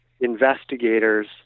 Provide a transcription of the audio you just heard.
investigators